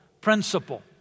principle